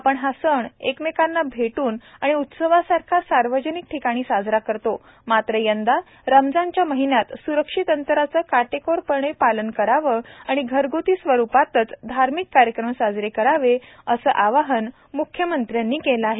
आपण हा सण एकमेकांना भेटून आणि उत्सवासारखा सार्वजनिक ठिकाणी साजरा करतो मात्र यंदा रमजानच्या महिन्यात सुरक्षित अंतराचे काटेकोरपणे पालन करावं आणि घरगुती स्वरूपातच धार्मिक कार्यक्रम साजरे करावेत असं आवाहन मुख्यमंत्र्यांनी केलं आहे